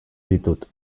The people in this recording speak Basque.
ditut